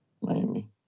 Miami